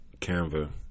Canva